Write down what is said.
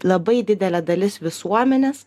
labai didelė dalis visuomenės